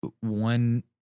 one